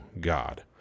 God